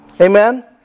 Amen